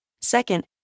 Second